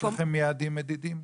יש לכם יעדים מדידים?